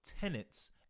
tenants